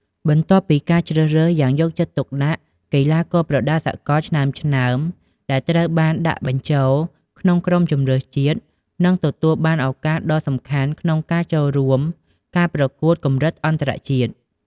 បន្ទាប់ពីការជ្រើសរើសយ៉ាងយកចិត្តទុកដាក់ កីឡាករប្រដាល់សកលឆ្នើមៗដែលត្រូវបានដាក់បញ្ចូលក្នុងក្រុមជម្រើសជាតិ នឹងទទួលបានឱកាសដ៏សំខាន់ក្នុងការចូលរួមការប្រកួតកម្រិតអន្តរជាតិ។